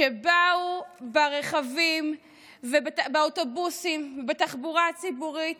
באו ברכבים ובאוטובוסים ובתחבורה ציבורית